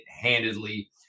handedly